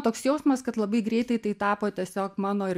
toks jausmas kad labai greitai tai tapo tiesiog mano ir